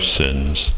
sins